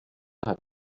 hat